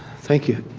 thank you.